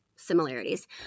similarities